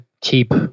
keep